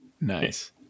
Nice